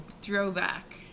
throwback